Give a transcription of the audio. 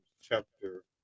chapter